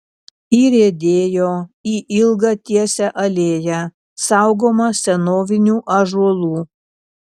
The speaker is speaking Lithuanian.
įriedėjo į ilgą tiesią alėją saugomą senovinių ąžuolų